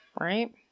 Right